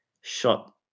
shot